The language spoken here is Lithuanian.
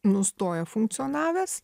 nustoja funkcionavęs